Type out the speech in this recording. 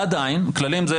ועדיין, כללים זה